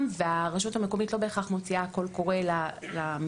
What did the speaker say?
והרשות המקומית לא בהכרח מוציאה קול קורא למבנה.